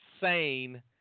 Sane